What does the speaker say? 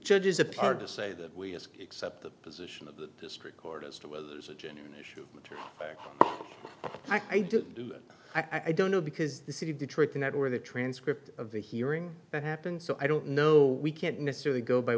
judge is a part to say that we as except the position of the district court as to whether there's a genuine issue which i didn't do i don't know because the city of detroit cannot or the transcript of the hearing that happened so i don't know we can't necessarily go by